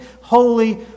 holy